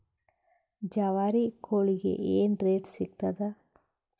ಜವಾರಿ ಕೋಳಿಗಿ ಏನ್ ರೇಟ್ ಸಿಗ್ತದ?